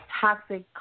toxic